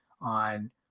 on